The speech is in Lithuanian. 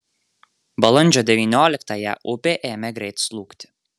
balandžio devynioliktąją upė ėmė greit slūgti